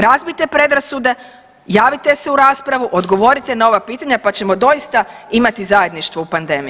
Razbijte predrasude, javite se u raspravu, odgovorite na ova pitanja, pa ćemo doista imati zajedništvo u pandemiji.